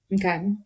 Okay